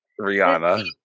rihanna